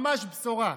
ממש בשורה.